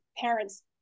parents